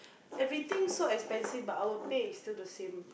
everything so expensive but our pay still the same